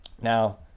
now